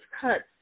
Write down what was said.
cuts